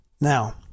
Now